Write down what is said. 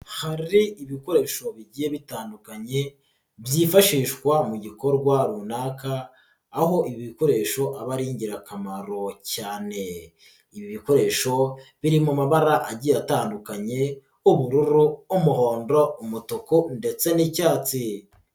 Hari ibikoresho bigiye bitandukanye byifashishwa mu gikorwa runaka aho ibi bikoresho aba ari ingirakamaro cyane, ibi bikoresho biri mu mabara agiye atandukanye, ubururu, umuhondo, umutuku ndetse n'icyatsi.